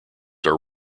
are